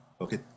okay